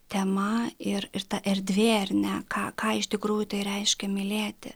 tema ir ir ta erdvė ar ne ką ką iš tikrųjų tai reiškia mylėti